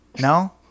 no